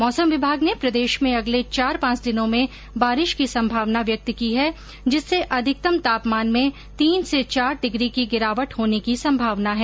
मौसम विभाग ने प्रदेश में अगले चार पांच दिनों में बारिश की संभावना व्यक्त की है जिससे अधिकतम तापमान में तीन से चार डिग्री की गिरावट होने की संभावना है